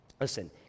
Listen